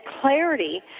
clarity